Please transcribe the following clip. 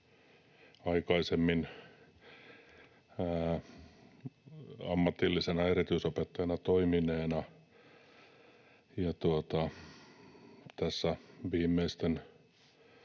aikaisemmin ammatillisena erityisopettajana toimineena ja tässä viimeisten